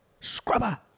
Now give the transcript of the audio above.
Scrubber